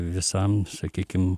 visam sakykim